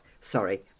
sorry